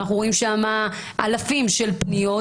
אנחנו רואים שם אלפים של פניות,